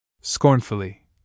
scornfully